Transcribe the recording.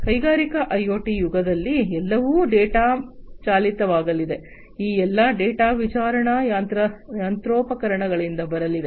ಕೈಗಾರಿಕಾ ಐಒಟಿಯುಗದಲ್ಲಿ ಎಲ್ಲವೂ ಡೇಟಾ ಚಾಲಿತವಾಗಲಿದೆ ಈ ಎಲ್ಲಾ ಡೇಟಾ ವಿತರಣಾ ಯಂತ್ರೋಪಕರಣಗಳಿಂದ ಬರಲಿದೆ